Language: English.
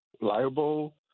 liable